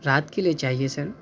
رات کے لیے چاہیے سر